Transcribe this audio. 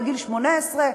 בגיל 18,